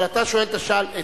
אבל אתה שואל את השר,